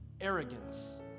arrogance